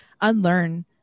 unlearn